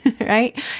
right